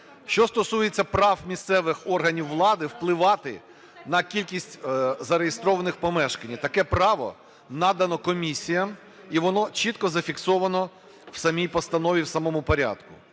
що стосується прав місцевих органів влади впливати на кількість зареєстрованих помешкань. І таке право надано комісіям, і воно чітко зафіксовано в самій постанові, в самому порядку.